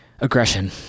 aggression